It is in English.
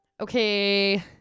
Okay